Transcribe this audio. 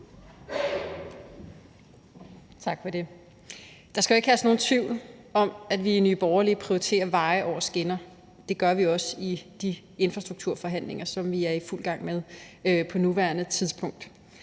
Tak for det. Der skal jo ikke herske nogen tvivl om, at vi i Nye Borgerlige prioriterer veje over skinner. Det gør vi også i de infrastrukturforhandlinger, som vi er i fuld gang med på nuværende tidspunkt.